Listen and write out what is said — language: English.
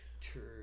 true